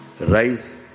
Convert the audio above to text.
Rise